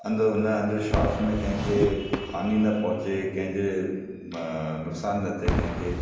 अंध हुन अंधविश्वासु में कंहिंखे हानी न पोहचे कंहिंजे नुकसानु न थिए कंहिंखे